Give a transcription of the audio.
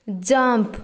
jump